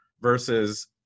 versus